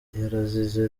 yarazize